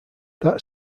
that